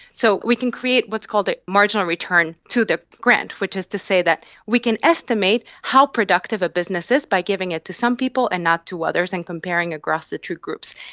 so we can create what's called a marginal return to the grant, which is to say that we can estimate how productive a business is by giving it to some people and not to others and comparing across the two groups.